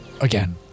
Again